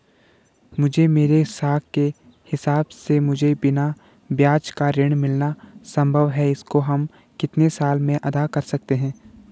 मुझे मेरे साख के हिसाब से मुझे बिना ब्याज का ऋण मिलना संभव है इसको हम कितने साल में अदा कर सकते हैं?